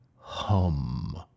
hum